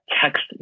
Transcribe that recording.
text